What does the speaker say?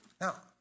Now